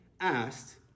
asked